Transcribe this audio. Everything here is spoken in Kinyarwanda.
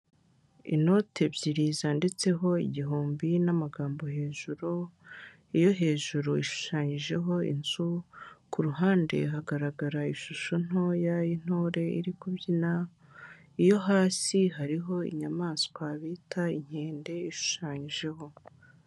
Inoti ebyiri zanditseho igihumbi n'amagambo hejuru, iyo hejuru ishushanyijeho inzu, ku ruhande hagaragara ishusho ntoya y'intore iri kubyina, iyo hasi hariho inyamaswa bita inkende ishushanyijeho.